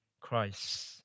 Christ